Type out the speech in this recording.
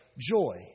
joy